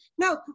No